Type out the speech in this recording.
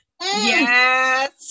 yes